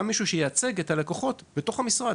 גם צריך מישהו שייצג את הלקוחות בתוך המשרד